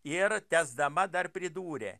ir tęsdama dar pridūrė